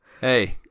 Hey